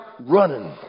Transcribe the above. running